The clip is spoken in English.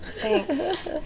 Thanks